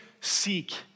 seek